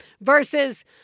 Versus